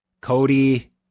Cody